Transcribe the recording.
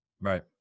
Right